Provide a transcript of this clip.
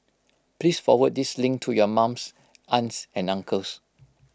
please forward this link to your mums aunts and uncles